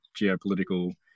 geopolitical